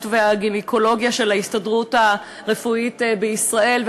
וגינקולוגיה של ההסתדרות הרפואית בישראל.